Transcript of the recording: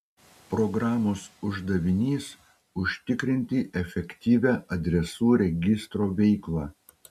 programos uždavinys užtikrinti efektyvią adresų registro veiklą